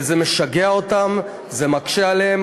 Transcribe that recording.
וזה משגע אותם, זה מקשה עליהם.